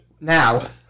Now